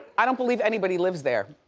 i don't believe anybody lives there.